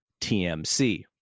TMC